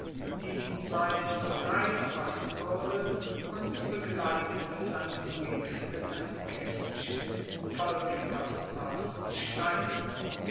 die die zeit noch reif machen würde und begleitete seinen brief mit einem kästchen voll der kostbarsten steine